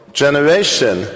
generation